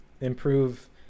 improve